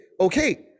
okay